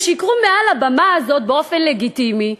הם שיקרו מעל הבמה הזאת באופן לגיטימי,